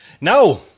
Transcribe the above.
Now